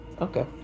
Okay